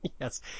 yes